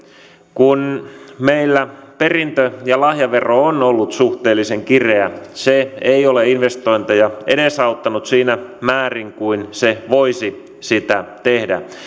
kun meillä perintö ja lahjavero on ollut suhteellisen kireä se ei ole investointeja edesauttanut siinä määrin kuin se voisi sitä tehdä